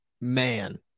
Man